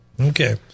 Okay